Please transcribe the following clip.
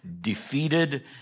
defeated